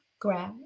grab